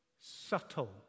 subtle